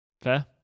Fair